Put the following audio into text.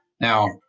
Now